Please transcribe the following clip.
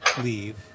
leave